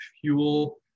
fuel